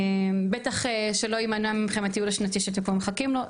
בטח שלא יימנע מכם הטיול השנתי שאתם כבר מחכים לו.